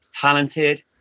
talented